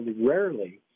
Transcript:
rarely